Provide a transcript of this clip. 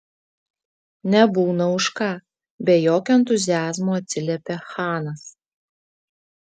nebūna už ką be jokio entuziazmo atsiliepė chanas